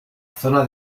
zona